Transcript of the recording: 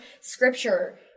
scripture